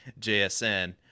JSN